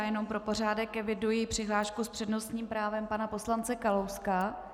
Jenom pro pořádek eviduji přihlášku s přednostním právem pana poslance Kalouska...